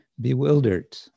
bewildered